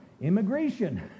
Immigration